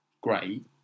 great